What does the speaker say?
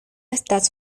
estas